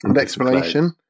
explanation